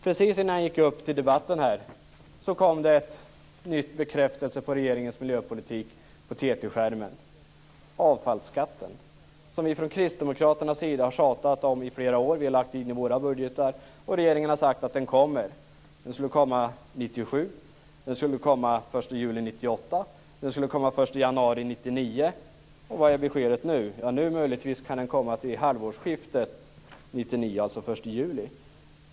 Precis innan jag gick till debatten kom det en ny bekräftelse på regeringens miljöpolitik på TT-skärmen. Det gäller avfallsskatten, som vi från Kristdemokraternas sida har tjatat om i flera år och lagt in i våra budgetar. Regeringen har sagt att den kommer. Den skulle komma 1997, den skulle komma den 1 juli 1998 och den skulle komma först i januari 1999. Vad är beskedet nu? Jo, nu kan den möjligtvis komma till halvårsskiftet 1999, dvs. den 1 juli.